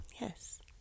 Yes